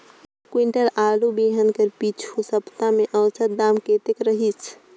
एक कुंटल आलू बिहान कर पिछू सप्ता म औसत दाम कतेक रहिस?